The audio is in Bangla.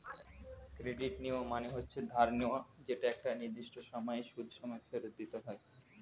ক্রেডিট নেওয়া মানে হচ্ছে ধার নেওয়া যেটা একটা নির্দিষ্ট সময়ে সুদ সমেত ফেরত দিতে হয়